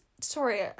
Sorry